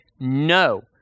No